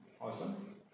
Awesome